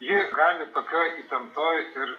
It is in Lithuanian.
ji gali tokioj įtemptoj ir